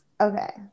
okay